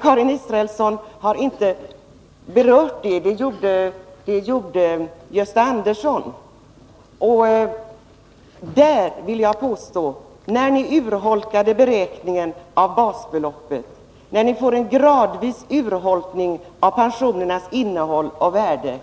Karin Israelsson har inte berört detta, det gjorde Gösta Andersson. När ni urholkade beräkningen av basbeloppet, när ni fick en gradvis urholkning av pensionernas innehåll och värde,